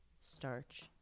starch